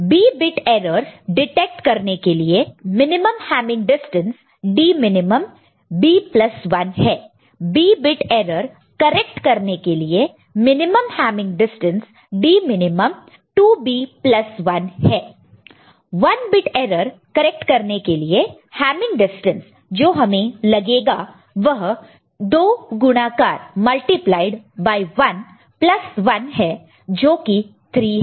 b bit errors detect करने के लिए minimum Hamming distance dmin b 1 b bit errors correct करने के लिए minimum Hamming distance dmin 2b 1 1 bit error correct करने के लिए हैमिंग डिस्टेंस जो हमें लगेगा वह 2 गुणाकार मल्टिप्लाई multiplied 1 प्लस 1 है जो कि 3 है